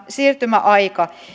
siirtymäaika